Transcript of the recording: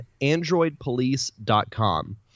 AndroidPolice.com